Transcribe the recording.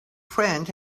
friend